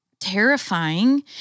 terrifying